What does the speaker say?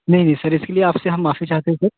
नहीं नहीं सर इसके लिए आपसे हम माफ़ी चाहते हैं सर